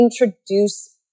introduce